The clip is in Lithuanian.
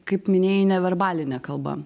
kaip minėjai neverbalinė kalba